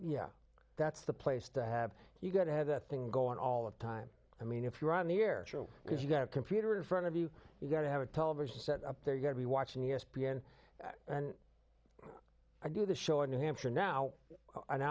yeah that's the place to have you got to have that thing go on all the time i mean if you're on the air because you've got a computer in front of you you've got to have a television set up they're going to be watching e s p n and i do the show in new hampshire now an